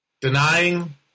denying